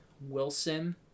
Wilson